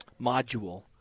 module